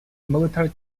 military